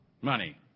money